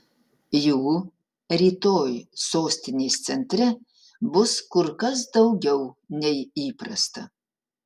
jų rytoj sostinės centre bus kur kas daugiau nei įprasta